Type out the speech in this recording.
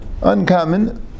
Uncommon